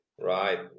Right